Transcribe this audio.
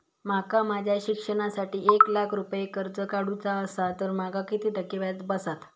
माका माझ्या शिक्षणासाठी एक लाख रुपये कर्ज काढू चा असा तर माका किती टक्के व्याज बसात?